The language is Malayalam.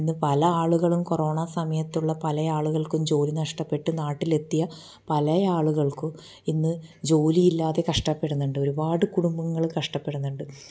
ഇന്ന് പല ആളുകളും കൊറോണ സമയത്തുള്ള പല ആളുകൾക്കും ഇന്ന് ജോലി നഷ്ടപ്പെട്ട് നാട്ടിലെത്തിയ പലയാളുകൾക്കും ഇന്ന് ജോലിയില്ലാതെ കഷ്ടപ്പെടുന്നുണ്ട് ഒരുപാട് കുടുംബങ്ങൾ കഷ്ടപ്പെടുന്നുണ്ട്